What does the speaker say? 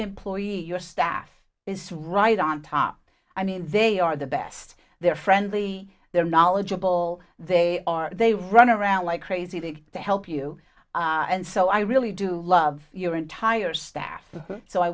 employees your staff is right on top i mean they are the best they're friendly they're knowledgeable they are they run around like crazy to help you and so i really do love your entire staff so i